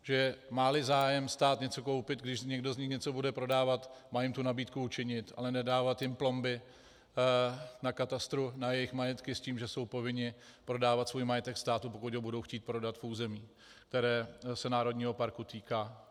Že máli zájem stát něco koupit, když někdo z nich něco bude prodávat, má jim tu nabídku učinit, ale nedávat jim plomby na katastru na jejich majetky s tím, že jsou povinni prodávat svůj majetek státu, pokud ho budou chtít prodat v území, které se národního parku týká.